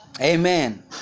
Amen